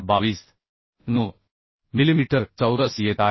9मिलिमीटर चौरस येत आहे